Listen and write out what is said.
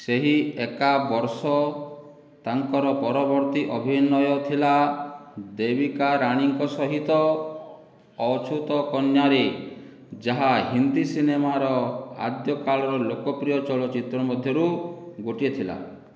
ସେହି ଏକା ବର୍ଷ ତାଙ୍କର ପରବର୍ତ୍ତୀ ଅଭିନୟ ଥିଲା ଦେବିକା ରାଣୀଙ୍କ ସହିତ ଅଛୁତ କନ୍ୟାରେ ଯାହା ହିନ୍ଦୀ ସିନେମାର ଆଦ୍ୟକାଳର ଲୋକପ୍ରିୟ ଚଳଚ୍ଚିତ୍ର ମଧ୍ୟରୁ ଗୋଟିଏ ଥିଲା